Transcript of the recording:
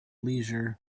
leisure